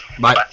Bye